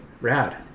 Rad